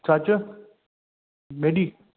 छा चयुव मेडी